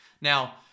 Now